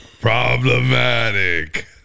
Problematic